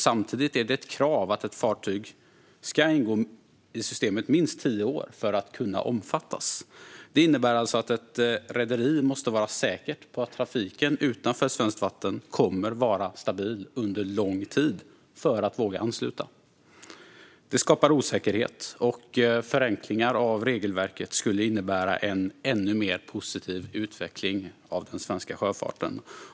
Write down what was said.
Samtidigt är det ett krav att ett fartyg ska ingå i systemet i minst tio år för att kunna omfattas. Det innebär att ett rederi måste vara säker på att trafiken utanför svenskt vatten kommer att vara stabil under lång tid för att man ska våga ansluta sig. Detta skapar osäkerhet. Förenklingar av regelverket skulle innebära en ännu mer positiv utveckling av den svenska sjöfarten.